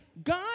God